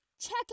Check